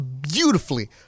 beautifully